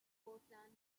portland